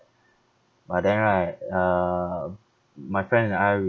but then right uh my friend and I